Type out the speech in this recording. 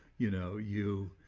you know, you